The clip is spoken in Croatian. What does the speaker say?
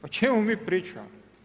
O čemu mi pričamo?